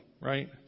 right